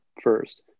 first